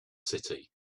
city